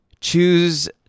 Choose